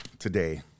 today